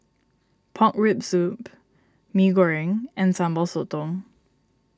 Pork Rib Soup Mee Goreng and Sambal Sotong